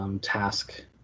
task